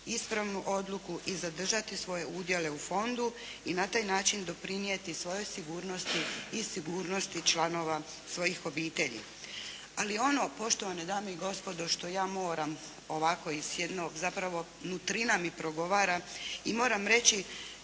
ispravnu odluku i zadržati svoje udjele u fondu i na taj način doprinijeti svojoj sigurnosti i sigurnosti članova svojih obitelji. Ali ono poštovane dame i gospodo što ja moram ovako iz jednog zapravo nutrina mi progovara i moram reći